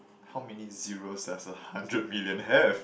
how many zeros does a hundred million have